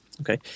Okay